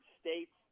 states